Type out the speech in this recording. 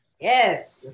yes